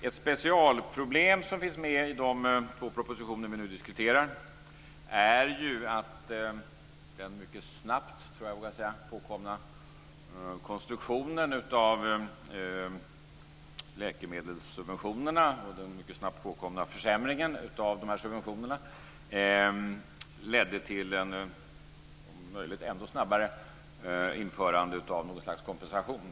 Ett specialproblem som finns med i de två propositioner vi nu diskuterar är att den mycket snabbt, tror jag att jag vågar säga, påkomna konstruktionen av läkemedelssubventionerna och den mycket snabbt påkomna försämringen av subventionerna ledde till ett om möjligt ännu snabbare införande av något slags kompensation.